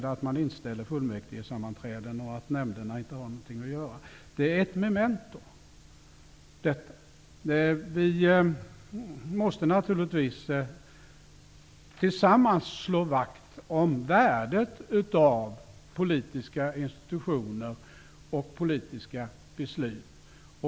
Det händer att fullmäktigesammanträden inställs och att nämnderna inte har något att göra. Detta är ett memento. Vi måste naturligtvis tillsammans slå vakt om värdet av politiska institutioner och politiska beslut.